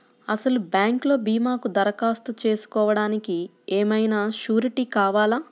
అసలు బ్యాంక్లో భీమాకు దరఖాస్తు చేసుకోవడానికి ఏమయినా సూరీటీ కావాలా?